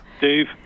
Dave